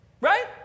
right